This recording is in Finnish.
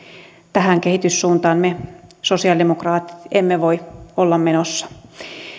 tähän kehityssuuntaan me sosialidemokraatit emme voi olla menossa